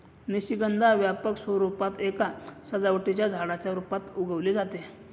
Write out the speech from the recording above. निशिगंधा व्यापक स्वरूपात एका सजावटीच्या झाडाच्या रूपात उगवले जाते